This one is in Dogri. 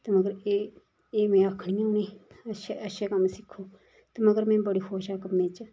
ते मगर एह् एह् में आखनी आं उनेंगी अच्छा कम्म सिक्खो ते मगर में बड़ी खुश आं कम्मै च